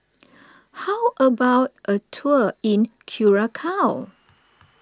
how about a tour in Curacao